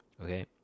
okay